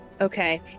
okay